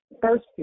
first